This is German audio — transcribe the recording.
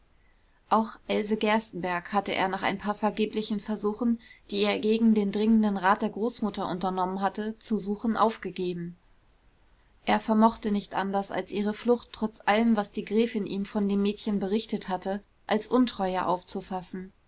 auch else gerstenbergk hatte er nach ein paar vergeblichen versuchen die er gegen den dringenden rat der großmutter unternommen hatte zu suchen aufgegeben er vermochte nicht anders als ihre flucht trotz allem was die gräfin ihm von dem mädchen berichtet hatte als untreue aufzufassen